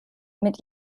mit